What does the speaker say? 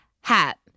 hat